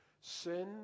Sin